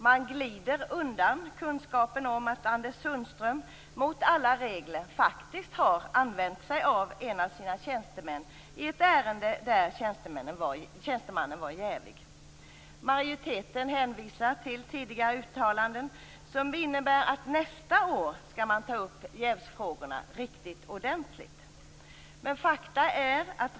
Man glider undan kunskapen om att Anders Sundström mot alla regler faktiskt har använt sig av en av sina tjänstemän i ett ärende där tjänstemannen var jävig. Majoriteten hänvisar till tidigare uttalanden, som innebär att man skall ta upp jävsfrågorna riktigt ordentligt nästa år.